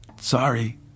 Sorry